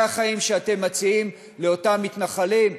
זה החיים שאתם מציעים לאותם מתנחלים?